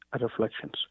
reflections